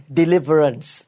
deliverance